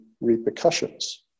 repercussions